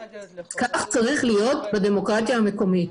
כך צריך להיות בדמוקרטיה המקומית.